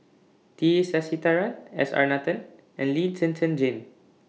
T Sasitharan S R Nathan and Lee Zhen Zhen Jane